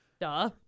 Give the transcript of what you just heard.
Duh